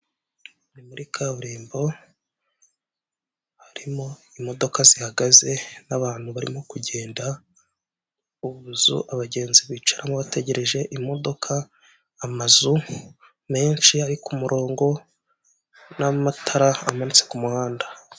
Ni muri kaburimbo harimo imodoka zihagaze n'abantu barimo kugenda ubuzu abagenzi bicaramo bategereje imodoka amazu menshi ari ku murongo n'amatara amanitse ku muhanda.